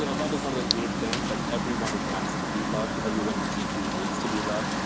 you know love is one those weird things. like everyone wants to be loved everyone deeply needs to be loved.